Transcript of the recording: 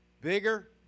bigger